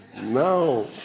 No